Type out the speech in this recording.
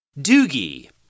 Doogie